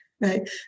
right